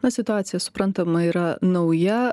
na situacija suprantama yra nauja